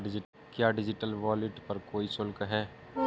क्या digital wallet पर कोई शुल्क है?